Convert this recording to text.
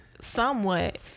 Somewhat